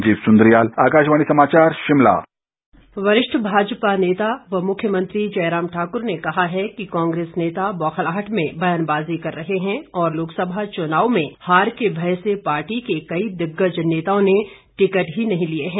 जयराम वरिष्ठ भाजपा नेता व मुख्यमंत्री जयराम ठाकुर ने कहा है कि कांग्रेस नेता बौखलाहट में बयानबाजी कर रहे हैं और लोकसभा चुनाव में हार के भय से पार्टी के कई दिग्गज नेताओं ने टिकट ही नहीं लिए हैं